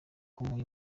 kumuha